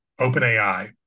OpenAI